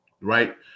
right